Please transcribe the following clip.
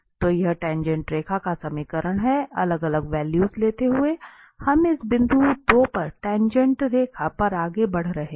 तो यह टाँगेँट रेखा का समीकरण है अलग अलग वैल्यू लेते हुए हम इस बिंदु 2 पर टाँगेँट रेखा पर आगे बढ़ रहे हैं